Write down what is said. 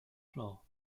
floor